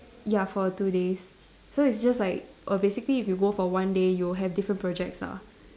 ya for two days so it's just like err basically if you go for one day you'll have different projects ah